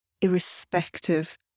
irrespective